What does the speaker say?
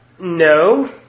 No